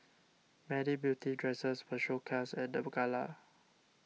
many beautiful dresses were showcased at the gala